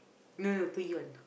no no to yawn